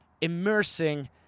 immersing